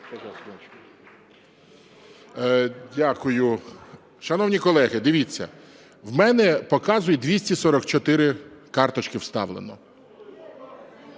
Дякую. Шановні колеги, дивіться, у мене показує - 244 карточки вставлено.